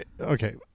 okay